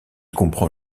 comprend